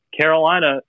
Carolina